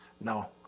No